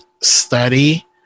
study